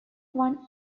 one